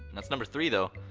and that's number three, though.